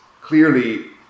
clearly